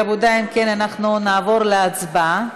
רבותי, אם כן, אנחנו נעבור להצבעה.